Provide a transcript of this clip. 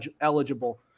eligible